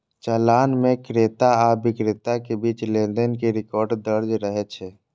चालान मे क्रेता आ बिक्रेता के बीच लेनदेन के रिकॉर्ड दर्ज रहै छै